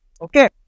Okay